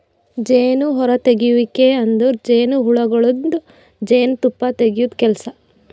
ಜೇನು ಹೊರತೆಗೆಯುವಿಕೆ ಅಂದುರ್ ಜೇನುಹುಳಗೊಳ್ದಾಂದು ಜೇನು ತುಪ್ಪ ತೆಗೆದ್ ಕೆಲಸ